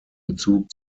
bezug